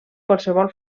qualsevol